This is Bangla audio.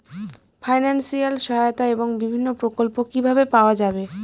ফাইনান্সিয়াল সহায়তা এবং বিভিন্ন প্রকল্প কিভাবে পাওয়া যাবে?